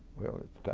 well at the time,